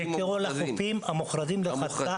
הם מסיירים בכל החופים המוכרזים לרחצה.